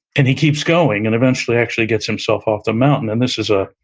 and he keeps going and eventually actually gets himself off the mountain. and this is a